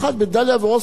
כבר היתה הסכמה.